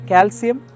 Calcium